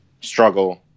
struggle